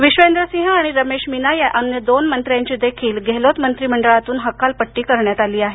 विश्वेंद्र सिंह आणि रमेश मिना या अन्य दोन मंत्र्यांची देखील गहलोत मंत्रिमंडळातून हकालपट्टी करण्यात आली आहे